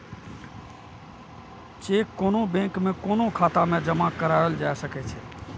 cheque कोनो bank में कोनो खाता मे जमा कराओल जा सकै छै